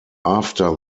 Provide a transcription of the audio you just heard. after